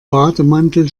bademantel